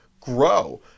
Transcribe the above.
grow